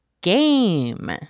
GAME